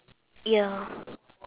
ya